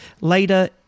Later